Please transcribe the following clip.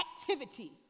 activity